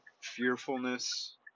fearfulness